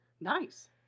Nice